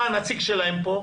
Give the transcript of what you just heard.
אתה הנציג שלהם פה.